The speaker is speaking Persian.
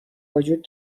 وجود